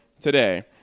today